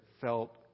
felt